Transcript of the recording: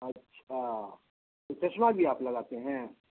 اچھا تو چشمہ بھی آپ لگاتے ہیں